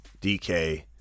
DK